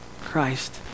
Christ